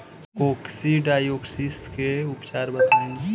Coccidiosis के उपचार बताई?